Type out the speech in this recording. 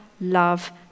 love